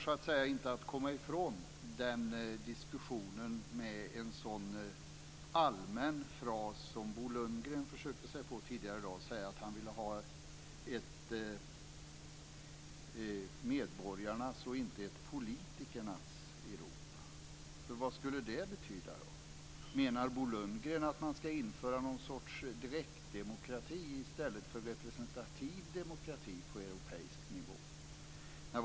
Det går inte att komma ifrån den diskussionen med en sådan allmän fras som Bo Lundgren försökte sig på tidigare i dag, när han sade att han ville ha ett medborgarnas och inte ett politikernas Europa. Vad skulle det betyda? Menar Bo Lundgren att det ska införas någon sorts direktdemokrati i stället för representativ demokrati på europeisk nivå?